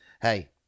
hey